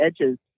edges